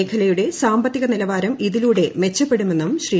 മേഖലയുടെ സാമ്പത്തിക നിലവാരം ഇതിലൂടെ മെച്ചപ്പെടുമെന്നും ശ്രീ